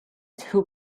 two